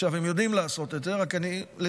הם יודעים לעשות את זה, רק לתחושתי,